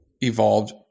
evolved